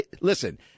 listen